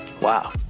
Wow